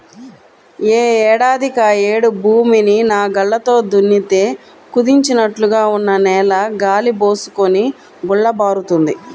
యే ఏడాదికాయేడు భూమిని నాగల్లతో దున్నితే కుదించినట్లుగా ఉన్న నేల గాలి బోసుకొని గుల్లబారుతుంది